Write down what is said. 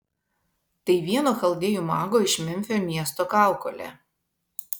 tai vieno chaldėjų mago iš memfio miesto kaukolė